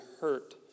hurt